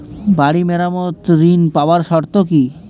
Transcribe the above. বাড়ি মেরামত ঋন পাবার শর্ত কি?